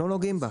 לא נוגעים בה.